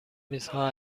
میزها